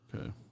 Okay